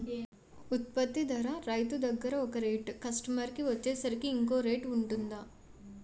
ఉత్పత్తి ధర రైతు దగ్గర ఒక రేట్ కస్టమర్ కి వచ్చేసరికి ఇంకో రేట్ వుంటుందా?